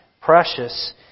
precious